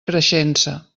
creixença